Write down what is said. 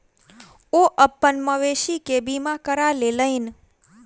ओ अपन मवेशी के बीमा करा लेलैन